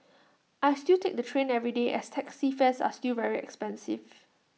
I still take the train every day as taxi fares are still very expensive